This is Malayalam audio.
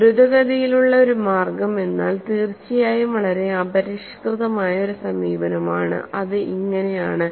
ദ്രുതഗതിയിലുള്ള ഒരു മാർഗ്ഗം എന്നാൽ തീർച്ചയായും വളരെ അപരിഷ്കൃതമായ ഒരു സമീപനമാണ്അത് ഇങ്ങനെ ആണ്